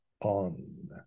on